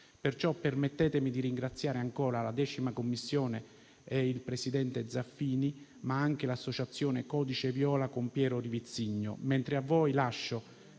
età. Permettetemi perciò di ringraziare ancora la 10a Commissione, il presidente Zaffini, ma anche l'associazione Codice viola e Piero Rivizzigno,